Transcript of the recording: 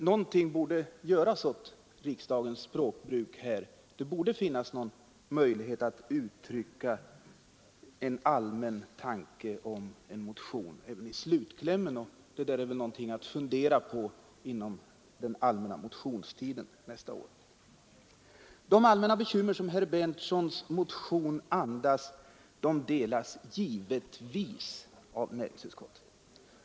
Något borde göras åt riksdagens språkbruk. Det borde finnas möjlighet att uttrycka en allmän tanke om en motion även i slutklämmen. Detta är väl något att fundera på inom den allmänna motionstiden nästa år. De allmänna bekymmer som herr Berndtsons motion andas delas givetvis av näringsutskottet.